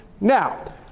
Now